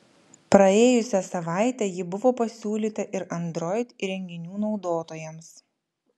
praėjusią savaitę ji buvo pasiūlyta ir android įrenginių naudotojams